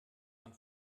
man